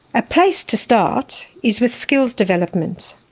a place to start is with skills development.